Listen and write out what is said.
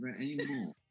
anymore